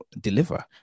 deliver